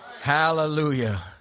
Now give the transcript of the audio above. Hallelujah